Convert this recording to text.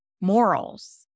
morals